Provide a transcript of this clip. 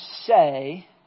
say